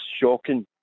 shocking